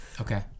Okay